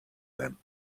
them